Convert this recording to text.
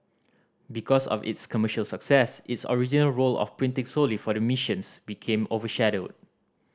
because of its commercial success its original role of printing solely for the missions became overshadowed